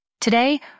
Today